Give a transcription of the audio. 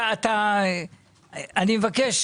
אני מבקש,